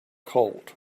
colt